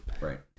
Right